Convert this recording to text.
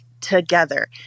Together